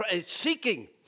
seeking